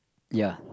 ya